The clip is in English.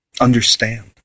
understand